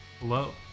Hello